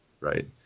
right